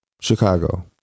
Chicago